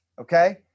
okay